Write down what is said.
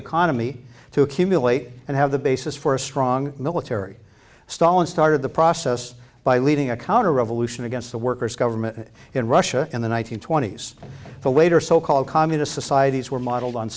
economy to accumulate and have the basis for a strong military stalin started the process by leading a counter revolution against the workers government in russia in the one nine hundred twenty s the later so called communist societies were modeled on